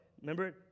remember